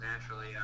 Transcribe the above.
naturally